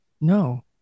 no